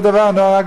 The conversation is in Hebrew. נוער הגבעות,